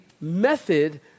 method